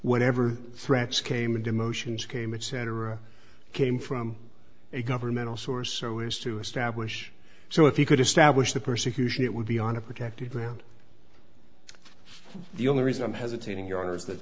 whatever threats came and emotions came it cetera came from a governmental source so as to establish so if you could establish the persecution it would be on a protected ground the only reason i'm hesitating your